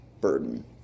burden